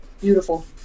beautiful